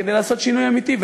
כדי לעשות שינוי אמיתי.